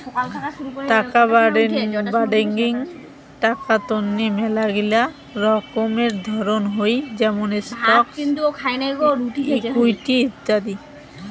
টাকা বাডেঙ্নি টাকা তন্নি মেলাগিলা রকমের ধরণ হই যেমন স্টকস, ইকুইটি ইত্যাদি